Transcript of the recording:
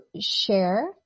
share